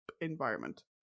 environment